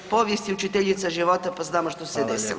Povijest je učiteljica života pa znamo što se desilo.